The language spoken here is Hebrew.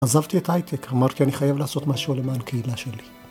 עזבתי את ההייטק, אמרתי אני חייב לעשות משהו למען הקהילה שלי.